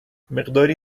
مقداری